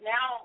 Now